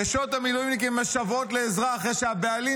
נשות המילואימניקים משוועות לעזרה אחרי שהבעלים